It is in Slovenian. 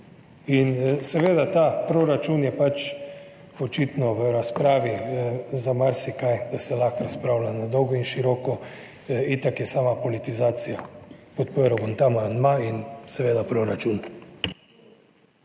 Seveda je ta proračun pač očitno v razpravi za marsikaj, da se lahko razpravlja na dolgo in široko, itak je sama politizacija. Podprl bom ta amandma in seveda proračun.